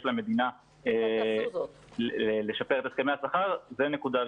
למדינה לשפר את הסכמי השכר זו נקודה ראשונה.